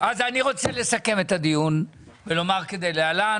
אני רוצה לסכם את הדיון ולומר כדלהלן,